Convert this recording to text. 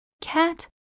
Cat